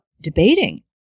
debating